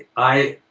i.